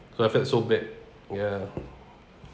so I felt so bad ya